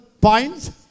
points